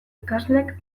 ikaslek